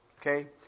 Okay